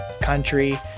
country